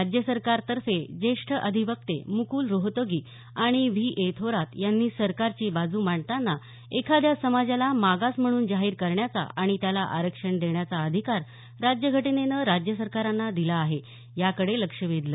राज्य सरकार तर्फे ज्येष्ठ अधिवक्ते मुक्ल रोहोतगी आणि व्ही ए थोरात यांनी सरकारची बाजू मांडताना एखाद्या समाजाला मागास म्हणून जाहीर करण्याचा आणि त्याला आरक्षण देण्याचा अधिकार राज्यघटनेनं राज्य सरकारांना दिला आहे याकडे लक्ष वेधलं